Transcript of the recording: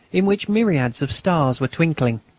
in which myriads of stars were twinkling.